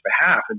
behalf